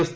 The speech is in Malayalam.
എഫ്